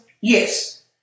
Yes